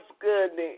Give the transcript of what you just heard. goodness